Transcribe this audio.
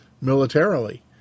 militarily